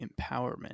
empowerment